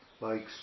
likes